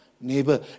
neighbor